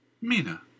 Mina